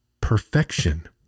perfection